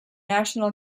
national